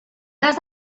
cas